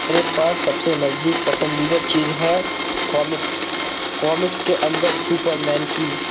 میرے پاس سب سے نزدیک پسندیدہ چیز ہے کامکس کامکس کے اندر سپر مین کی